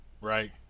right